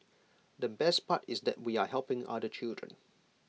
the best part is that we are helping other children